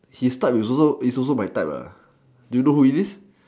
his type is also my type do you know who is this